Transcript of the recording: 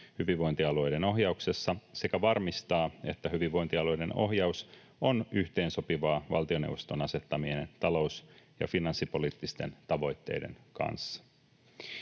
hyvinvointialueiden ohjauksessa sekä varmistaa, että hyvinvointialueiden ohjaus on yhteensopivaa valtioneuvoston asettamien talous- ja finanssipoliittisten tavoitteiden kanssa.